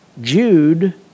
Jude